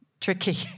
tricky